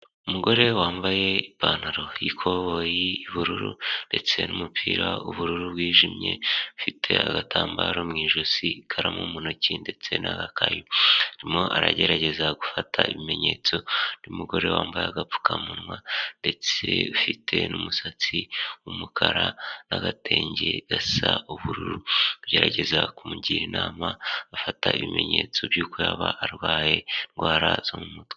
Umugore wambaye ipantaro y'ikoboyi y'ubururu, ndetse n'umupira w'ubururu wijimye, afite agatambaro mu ijosi, ikaramu mutoki, ndetse namo aragerageza gufata ibimenyetso by'umugore wambaye agapfukamunwa ndetse ufite n'umusatsi w'umukara n'agatenge gasa ubururu, agerageza kumugira inama afata ibimenyetso by'uko yaba arwaye indwara zo mu mutwe.